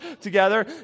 together